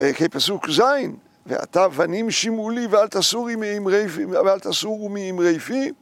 כפסוק ז' ועתה בנים שמעו לי ואל תסורו מאמרי פי